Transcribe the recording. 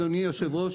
אדוני היושב ראש,